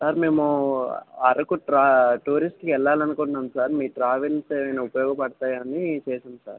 sir మేము అరకు ట్రా టూరిస్ట్కి వెళ్ళాలి అనుకుంటున్నాం సార్ మీ ట్రావెల్స్ ఏమన్నా ఉపయోగపడుతాయని చేశాము సార్